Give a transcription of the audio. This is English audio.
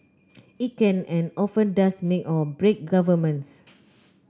it can and often does make or break governments